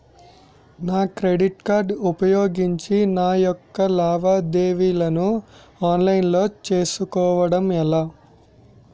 నా credit card ఉపయోగించి నా యెక్క లావాదేవీలను ఆన్లైన్ లో చేసుకోవడం ఎలా?